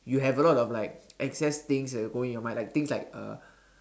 you have a lot of like excess things that will go in your mind like things like uh